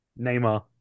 Neymar